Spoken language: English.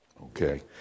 okay